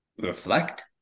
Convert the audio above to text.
reflect